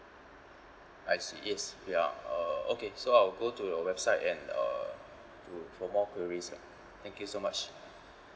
I see yes we are uh okay so I'll go to the website and uh to for more queries lah thank you so much